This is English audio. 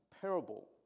parable